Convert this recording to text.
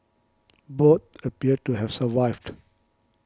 both appeared to have survived